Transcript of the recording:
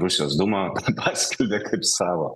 rusijos dūma paskelbė kaip savo